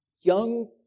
young